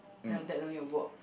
then my dad no need to work